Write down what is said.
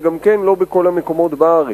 וגם כן לא בכל המקומות בארץ.